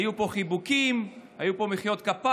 היו פה חיבוקים, היו פה מחיאות כפיים.